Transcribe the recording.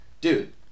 Dude